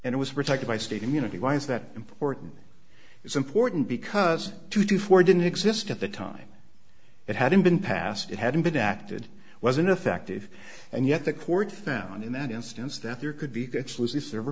and it was protected by state immunity why is that important it's important because to do for didn't exist at the time it hadn't been passed it hadn't been enacted wasn't effective and yet the court found in that instance that there could be